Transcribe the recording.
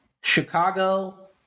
Chicago